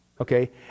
Okay